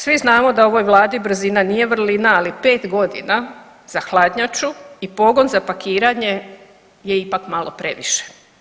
Svi znamo da u ovoj Vladi brzina nije vrlina, ali 5 godina za hladnjaču i pogon za pakiranje je ipak malo previše.